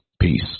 Peace